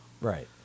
Right